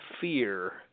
Fear